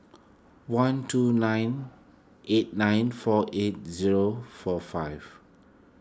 one two nine eight nine four eight zero four five